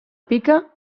pica